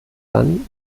dann